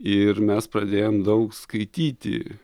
ir mes pradėjom daug skaityti